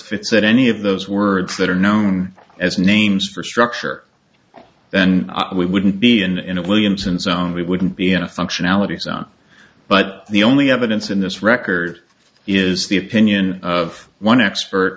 in any of those words that are known as names for structure then we wouldn't be in in a williamson zone we wouldn't be in a functionality zone but the only evidence in this record is the opinion of one expert